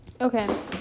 Okay